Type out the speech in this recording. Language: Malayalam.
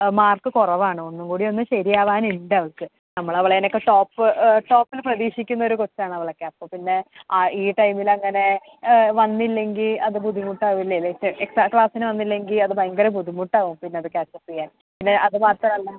മാർക്ക് കുറവാണ് ഒന്നുകൂടിയൊന്ന് ശരിയാവാനുണ്ട് അവൾക്ക് നമ്മളവനേയൊക്കെ ടോപ്പ് ടോപ്പിൽ പ്രതീക്ഷിക്കുന്നൊരു കുട്ടിയാണവളൊക്കെ അപ്പൊപ്പിന്നെ ആ ഈ ടൈമിലങ്ങനെ വന്നില്ലെങ്കിൽ അത് ബുദ്ധിമുട്ടാവില്ലേ ലൈക് എക്ട്രാ ക്ലാസിനു വന്നില്ലെങ്കിൽ അത് ഭയങ്കര ബുദ്ധിമുട്ടാവും പിന്നത് ക്യാച്ചപ്പ് ചെയ്യാൻ പിന്നെ അതുമാത്രമല്ല